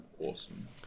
awesome